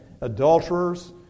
adulterers